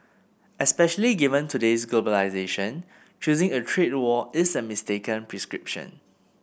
especially given today's globalisation choosing a trade war is a mistaken prescription